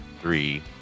three